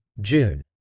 June